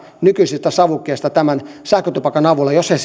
nykyisistä savukkeista sähkötupakan avulla jos he